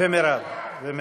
ומרב.